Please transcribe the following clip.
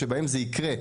שבהם זה יקרה,